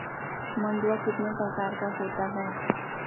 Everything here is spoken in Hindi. मंडुआ कितने प्रकार का होता है?